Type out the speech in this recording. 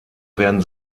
werden